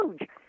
huge